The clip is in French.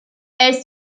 elles